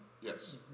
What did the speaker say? Yes